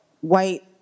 white